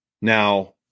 Now